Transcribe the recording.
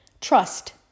trust